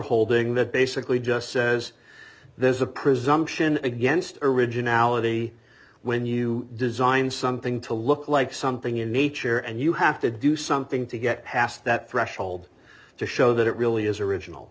holding that basically just says there's a presumption against originality when you design something to look like something in nature and you have to do something to get past that threshold to show that it really is original